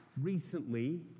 recently